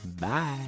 Bye